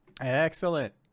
Excellent